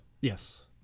Yes